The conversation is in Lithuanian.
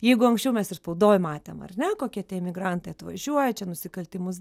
jeigu anksčiau mes ir spaudoj matėm ar ne kokie tie emigrantai atvažiuoja čia nusikaltimus